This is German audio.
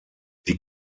die